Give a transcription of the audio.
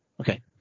Okay